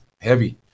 heavy